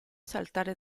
saltare